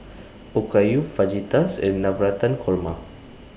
Okayu Fajitas and Navratan Korma